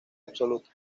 absoluta